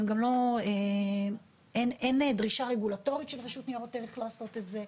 גם אין דרישה רגולטורית של הרשות לניירות ערך לעשות את זה.